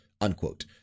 unquote